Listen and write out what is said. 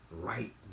right